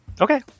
okay